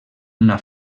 una